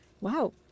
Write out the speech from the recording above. Wow